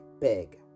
big